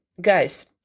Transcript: Guys